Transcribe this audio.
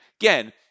again